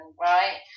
right